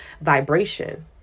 vibration